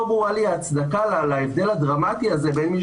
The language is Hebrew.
לא ברורה לי ההצדקה להבדל הדרמטי הזה בין מי